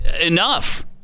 enough